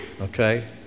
okay